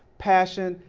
passion,